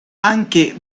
anche